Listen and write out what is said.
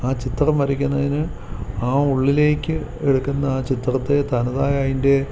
ആ ചിത്രം വരയ്ക്കുന്നതിന് ആ ഉള്ളിലേക്ക് എടുക്കുന്ന ആ ചിത്രത്തെ തനതായതിന്റെ